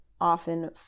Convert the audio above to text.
often